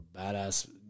badass